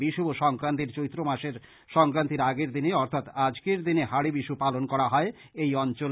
বিষুব সংক্রান্তির চৈত্র মাসের সংক্রান্তির আগের দিনে অর্থাৎ আজকের দিনে হাড়ি বিশু পালন করা হয় এই অঞ্চলে